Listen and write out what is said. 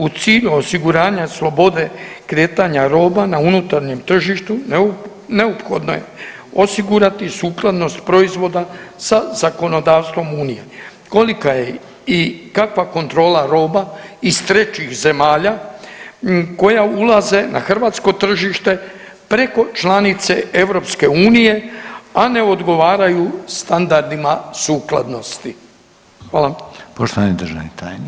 U cilju osiguranja slobode kretanja roba na unutarnjem tržištu neophodno je osigurati sukladnost proizvoda sa zakonodavstvom Unije, kolika je i kakva kontrola roba iz trećih zemalja koja ulaze na Hrvatsko tržište preko članice EU-e a ne odgovaraju standardima sukladnosti.